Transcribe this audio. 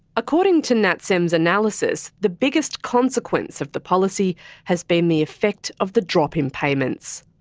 according to natsem's analysis, the biggest consequence of the policy has been the effect of the drop in payments.